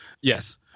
Yes